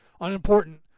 unimportant